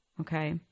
okay